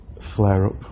flare-up